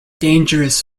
dangerous